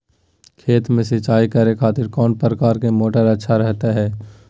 खेत में सिंचाई करे खातिर कौन प्रकार के मोटर अच्छा रहता हय?